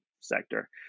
sector